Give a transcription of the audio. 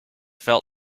felt